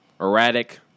erratic